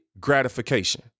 gratification